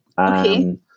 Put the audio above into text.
Okay